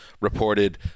reported